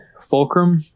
Fulcrum